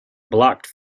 blocked